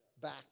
back